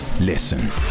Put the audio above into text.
listen